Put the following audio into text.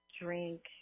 drink